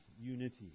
unity